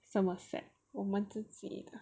这么 sad 我们自己的